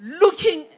looking